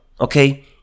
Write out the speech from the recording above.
okay